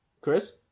Chris